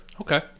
Okay